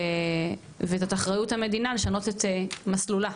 וזו אחריות המדינה לשנות את מסלולה.